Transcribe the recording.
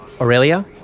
Aurelia